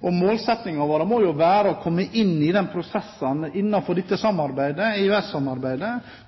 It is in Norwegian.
må være å